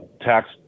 tax